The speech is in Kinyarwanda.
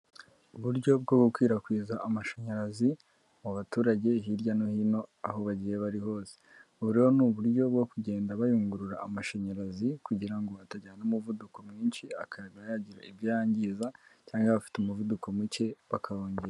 Uburyo bwo gukwirakwiza amashanyarazi mu baturage, hirya no hino aho bagiye bari hose, ubu rero ni uburyo bwo kugenda bayungurura amashanyarazi kugira ngo atagira umuvuduko mwinshi akaba yagira ibyo yangiza cyangwa yaba abafite umuvuduko muke bakawongera.